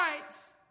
rights